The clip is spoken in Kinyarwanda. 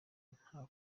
nta